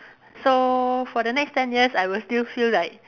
so for the next ten years I will still feel like